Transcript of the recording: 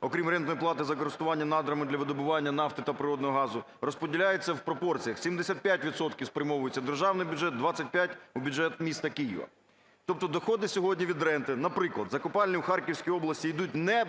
окрім рентної плати за користування надрами для видобування нафти та природного газу, розподіляється в пропорціях: 75 відсотків спрямовується в державний бюджет, 25 – в бюджет міста Києва. Тобто доходи сьогодні від ренти, наприклад, за копальню в Харківській області йдуть не